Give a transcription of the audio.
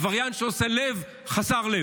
עבריין שעושה לב, חסר לב.